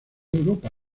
europa